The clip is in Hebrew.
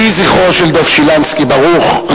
יהי זכרו של דב שילנסקי ברוך.